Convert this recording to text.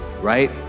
right